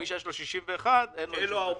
מי שיש לו אישור לעניין סעיף 61 אין לו אוטומטית